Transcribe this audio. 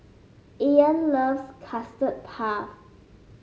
Ean loves Custard Puff